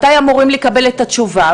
מתי אמורים לקבל את התשובה,